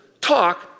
talk